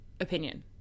Opinion